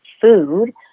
food